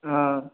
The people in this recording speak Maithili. हॅं